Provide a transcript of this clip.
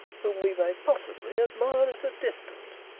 whom we may possibly admire at a distance.